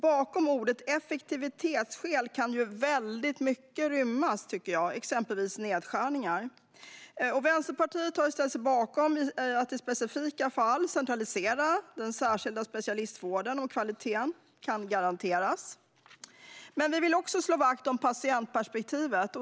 Bakom ordet effektivitetsskäl kan väldigt mycket rymmas, exempelvis nedskärningar. Vänsterpartiet har ställt sig bakom att i specifika fall centralisera den särskilda specialistvården om kvaliteten kan garanteras. Men vi vill också slå vakt om patientperspektivet.